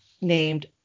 named